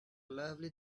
lovely